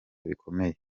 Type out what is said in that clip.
bikomeye